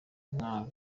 nka